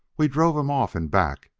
we drove em off in back.